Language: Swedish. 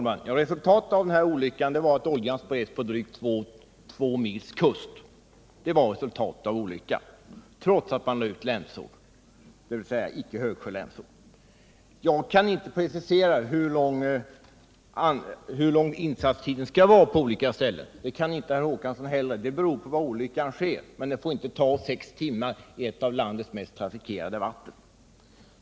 Herr talman! Resultatet av olyckan var att oljan, trots att man lade ut länsor —- dock icke högsjölänsor — spreds över drygt två mils kust. Jag kan inte precisera hur lång insatstiden skall vara på olika ställen, och det kan icke herr Håkansson heller. Den kan vara beroende av olika förhållanden, men det får inte ta sex timmar i ett av landets mest trafikerade vatten.